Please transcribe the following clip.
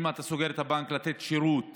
צריך לתת שירות